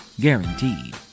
Guaranteed